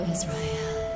Israel